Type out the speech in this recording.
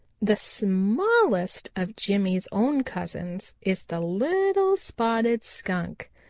the smallest of jimmy's own cousins is the little spotted skunk.